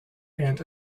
and